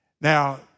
Now